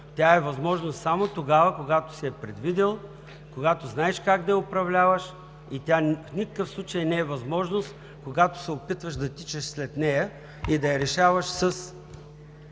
Тя е възможност само тогава, когато си я предвидил, когато знаеш как да я управляваш и тя в никакъв случай не е възможност, когато се опитваш да тичаш след нея и да я решаваш